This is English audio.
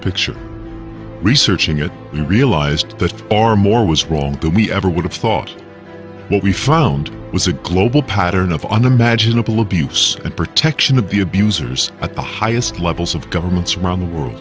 picture researching it and realized that our more was wrong that we ever would have thought what we found was a global pattern of unimaginable abuse and protection of the abusers at the highest levels of governments around the world